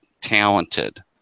talented